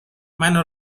منو